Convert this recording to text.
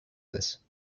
this